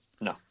no